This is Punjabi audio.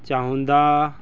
ਚਾਹੁੰਦਾ